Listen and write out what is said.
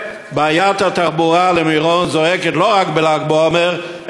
בעיית התחבורה למירון זועקת לא רק בל"ג בעומר,